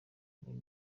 muri